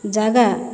ଜାଗା